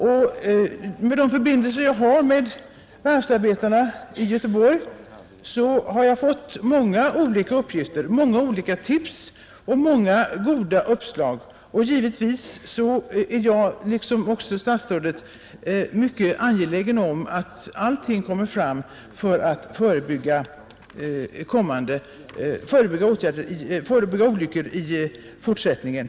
Genom de förbindelser jag har med varvsarbetarna i Göteborg har jag fått många olika uppgifter, många olika tips och många goda uppslag. Givetvis är jag liksom även statsrådet mycket angelägen om att allting kommer fram för att underlätta förebyggandet av olyckor i fortsättningen.